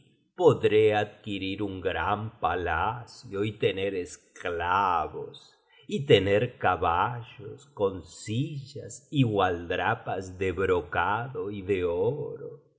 podré adquirir un gran palacio y tener esclavos y tener caballos con sillas y gualdrapas de brocado y de oro